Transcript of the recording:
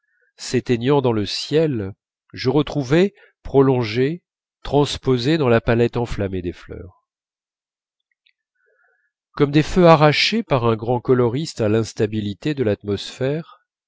s'éteignant dans le ciel je retrouvais prolongés transposés dans la palette enflammée des fleurs comme des feux arrachés par un grand coloriste à l'instabilité de l'atmosphère